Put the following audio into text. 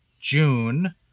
June